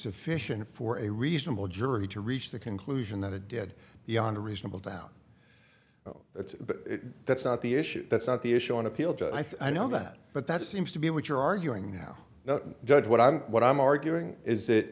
sufficient for a reasonable jury to reach the conclusion that it did the on a reasonable doubt that's that's not the issue that's not the issue on appeal just i thought that but that seems to be what you're arguing now no judge what i'm what i'm arguing is